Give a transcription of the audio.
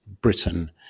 Britain